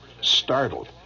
startled